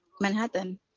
Manhattan